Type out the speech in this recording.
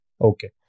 Okay